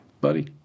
buddy